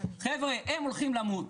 חברה הם הולכים למות,